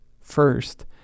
First